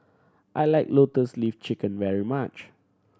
I like Lotus Leaf Chicken very much